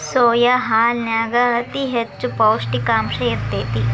soya ಹಾಲನ್ಯಾಗ ಅತಿ ಹೆಚ್ಚ ಪೌಷ್ಟಿಕಾಂಶ ಇರ್ತೇತಿ